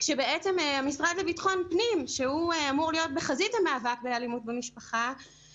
המשרד לביטחון פנים שהוא אמור להיות בחזית המאבק באלימות במשפחה,